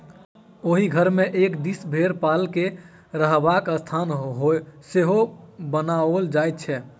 ओहि घर मे एक दिस भेंड़ पालक के रहबाक स्थान सेहो बनाओल जाइत छै